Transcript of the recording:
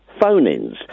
phone-ins